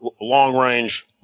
long-range